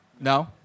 No